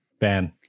Ben